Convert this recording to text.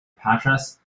patras